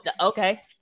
okay